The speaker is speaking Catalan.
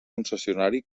concessionari